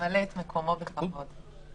ממלא את מקומו בכבוד.